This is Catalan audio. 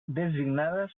designada